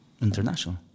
international